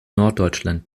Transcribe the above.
norddeutschland